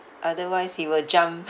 otherwise he will jump